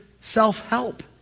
self-help